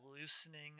loosening